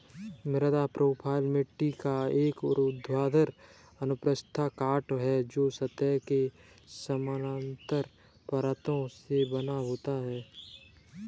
मृदा प्रोफ़ाइल मिट्टी का एक ऊर्ध्वाधर अनुप्रस्थ काट है, जो सतह के समानांतर परतों से बना होता है